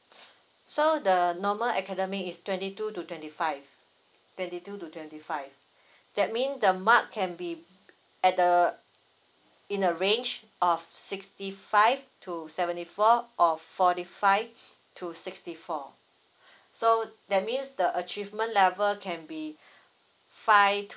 so the the normal academic is twenty two to twenty five twenty two to twenty five that mean the mark can be at the in a range of sixty five to seventy four or forty five to sixty four so that means the achievement level can be five